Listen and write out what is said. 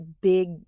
big